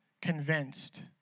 convinced